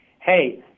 hey